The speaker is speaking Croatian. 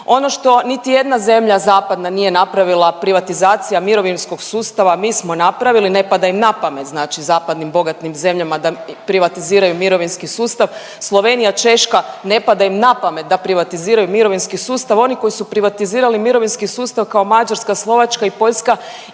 Ono što niti jedna zemlja zapadna nije napravila privatizacija mirovinskog sustava, mi smo napravili, ne pada im na pamet znači zapadnim bogatim zemljama da privatiziraju mirovinski sustav. Slovenija, Češka, ne pada im na pamet da privatiziraju mirovinski sustav. Oni koji su privatizirali mirovinski sustav kao Mađarska, Slovačka i Poljska,